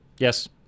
Yes